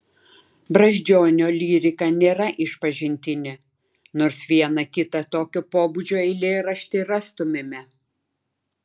brazdžionio lyrika nėra išpažintinė nors vieną kitą tokio pobūdžio eilėraštį rastumėme